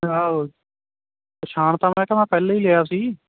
ਆਓ ਪਹਿਛਾਣ ਤਾਂ ਮੈਂ ਤਾਂ ਮੈਖਾਂ ਪਹਿਲਾਂ ਹੀ ਲਿਆ ਸੀ